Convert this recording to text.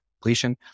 completion